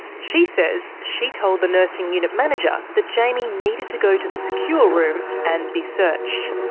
she says she told the nursing unit manager that jaimie needed to go to the secure room and be searched.